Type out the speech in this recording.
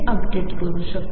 एकदा मी ते केले